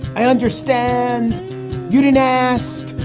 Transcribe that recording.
i understand you didn't ask.